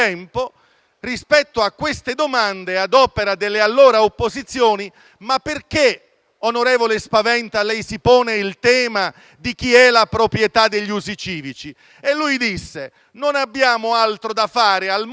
rispetto a queste domande ad opera delle allora opposizioni che chiedevano perché l'onorevole Spaventa si poneva il tema di chi fosse la proprietà degli usi civici. E lui disse che non avendo altro da fare al momento,